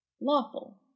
lawful